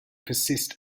persist